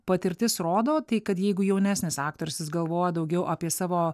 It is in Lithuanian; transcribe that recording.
patirtis rodo tai kad jeigu jaunesnis aktorius jis galvojo daugiau apie savo